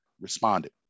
responded